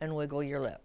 and wiggle your lip